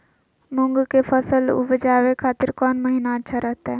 मूंग के फसल उवजावे खातिर कौन महीना अच्छा रहतय?